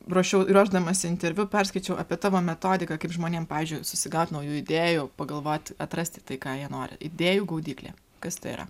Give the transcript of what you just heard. ruošiau ruošdamasi interviu perskaičiau apie tavo metodiką kaip žmonėm pavyzdžiui susigaut naujų idėjų pagalvot atrasti tai ką jie nori idėjų gaudyklė kas tai yra